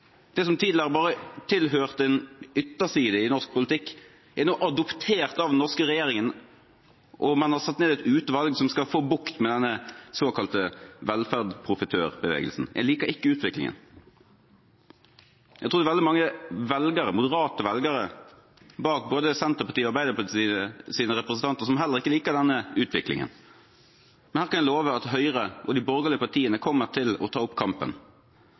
Det som tidligere bare tilhørte en ytterside i norsk politikk, er nå adoptert av den norske regjeringen, og man har satt ned et utvalg som skal få bukt med denne såkalte velferdsprofitørbevegelsen. Jeg liker ikke utviklingen. Jeg tror det er veldig mange velgere, moderate velgere, bak både Senterpartiet og Arbeiderpartiets representanter som heller ikke liker denne utviklingen. Her kan jeg love at Høyre og de borgerlige partiene kommer til å ta opp kampen,